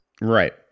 Right